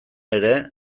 ere